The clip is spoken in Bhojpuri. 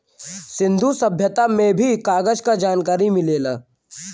सिंन्धु सभ्यता में भी कागज क जनकारी मिलेला